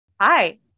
Hi